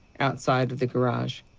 outside of the garage?